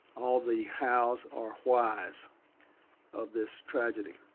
all the house are wise of this tragedy.